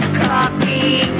coffee